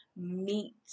meet